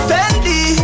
Fendi